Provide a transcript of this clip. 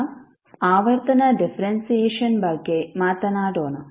ಈಗ ಆವರ್ತನ ಡಿಫರೆನ್ಸಿಯೇಶನ್ ಬಗ್ಗೆ ಮಾತನಾಡೋಣ